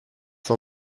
são